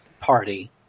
party